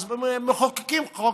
אז מחוקקים חוק,